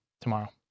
tomorrow